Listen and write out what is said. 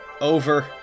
over